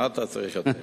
מה אתה צריך יותר?